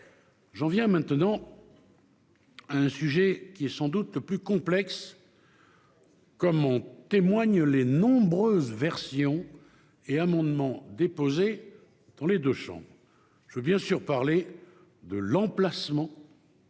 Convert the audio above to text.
J'en viens maintenant au sujet qui est sans doute le plus complexe, comme en témoignent les nombreuses versions et amendements déposés dans les deux chambres : je veux bien sûr parler de l'emplacement